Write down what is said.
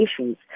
issues